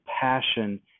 passion